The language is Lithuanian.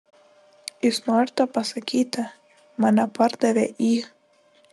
jūs norite pasakyti mane pardavė į